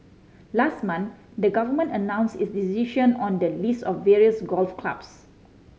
last month the Government announced its decision on the lease of various golf clubs